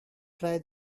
try